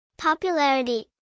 Popularity